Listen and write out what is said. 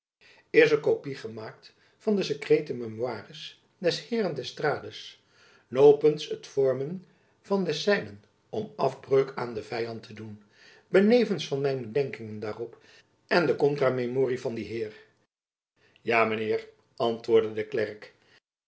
is er kopy gemaakt van de sekreete memorie des heeren d'estrades nopends t vormen van desseynen om afbreuk aan den vyand te doen benevens van mijn bedenkingen daarop en de kontra memorie van dien heer ja mijn heer antwoordde de klerk